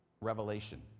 revelation